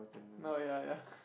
no ya ya